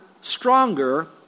stronger